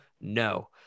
no